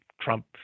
Trump